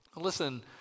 Listen